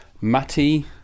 Matty